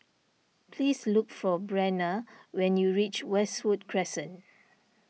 please look for Brenna when you reach Westwood Crescent